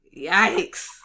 yikes